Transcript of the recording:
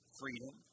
freedom